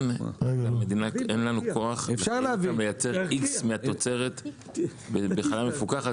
למדינה אין לנו כוח להכריח אותם לייצר X מהתוצרת בחלב מפוקח?